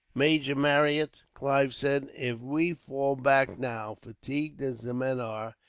major marryat, clive said, if we fall back now, fatigued as the men are,